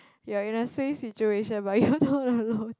you're in a suay situation but you're not alone